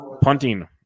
punting